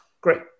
great